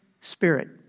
spirit